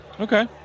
Okay